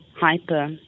hyper